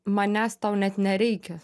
manęs tau net nereikia